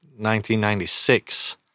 1996